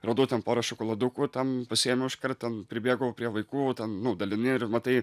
radau ten pora šokoladukų ten pasiėmiau iškart ten pribėgau prie vaikų ten nu dalini ir matai